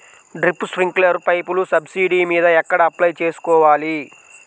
Drip, స్ప్రింకర్లు పైపులు subsidy మీద ఎక్కడ అప్లై చేసుకోవాలి?